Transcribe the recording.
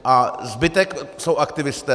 A zbytek jsou aktivisté.